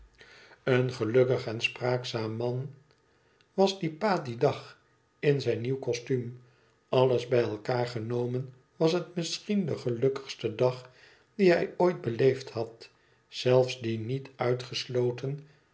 een gelukkig en spraakzaam man was pa dien dag in zijn nieuw costuum alles bij elkaar genomen was het misschien de gelukkigste dag dien hij ooit beleefd had zelfs dien niet uitgesloten